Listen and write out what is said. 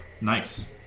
Nice